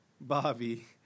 bobby